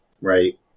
right